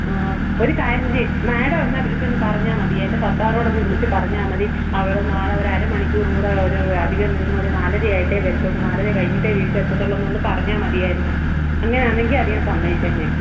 ആ ഒരു കാര്യം ചെയ്യു മാഡം എന്നാൽ വിളിച്ചൊന്ന് പറഞ്ഞാൽ മതി എൻ്റെ ഭർത്താവിനോടൊന്ന് വിളിച്ച് പറഞ്ഞാൽ മതി അവൾ നാളെ ഒരു അരമണിക്കൂറും കൂടെ ഒരു അധികം നിന്ന് ഒരു നാലരയായിട്ടെ വരത്തുള്ളു നാലര കഴിഞ്ഞിട്ടേ വീട്ടിൽ എത്തത്തുള്ളൂ എന്നൊന്ന് പറഞ്ഞാൽ മതിയായിരുന്നു അങ്ങനെയാണെങ്കിൽ അതിയാൻ സമ്മതിച്ചേനെ